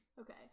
Okay